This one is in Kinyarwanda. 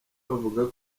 bavugaga